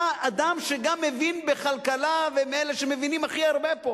אתה אדם שגם מבין בכלכלה ומאלה שמבינים הכי הרבה פה,